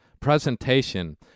presentation